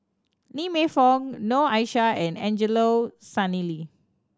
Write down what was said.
Lee Man Fong Noor Aishah and Angelo Sanelli